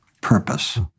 purpose